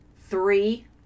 three